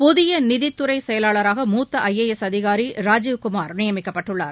புதிய நிதித்துறை செயலாளராக மூத்த ஐஏஎஸ் அதிகாரி ராஜீவ் குமார் நியமிக்கப்பட்டுள்ளார்